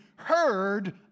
heard